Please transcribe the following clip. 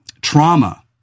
trauma